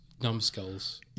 numbskulls